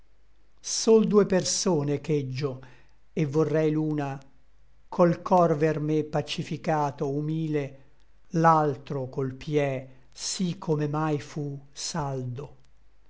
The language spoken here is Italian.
sol due persone cheggio et vorrei l'una col cor ver me pacificato humile l'altro col pie sí come mai fu saldo